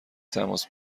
تماس